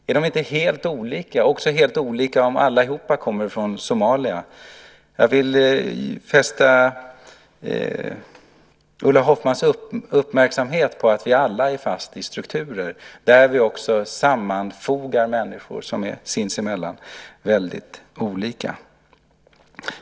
Är de inte helt olika, också helt olika om allihopa kommer från Somalia? Jag vill fästa Ulla Hoffmanns uppmärksamhet på att vi alla är fast i strukturer där vi också sammanfogar människor som är sinsemellan väldigt olika.